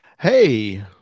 hey